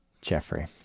Jeffrey